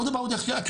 לא מדובר בקרנות.